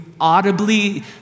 audibly